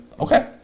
Okay